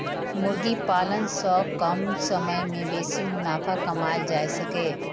मुर्गी पालन सं कम समय मे बेसी मुनाफा कमाएल जा सकैए